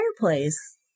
fireplace